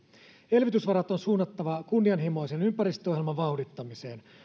elvytysvarat on suunnattava kunnianhimoisen ympäristöohjelman vauhdittamiseen